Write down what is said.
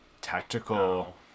tactical